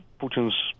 Putin's